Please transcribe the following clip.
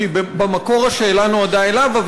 כי במקור השאלה נועדה אליו,